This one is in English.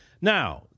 Now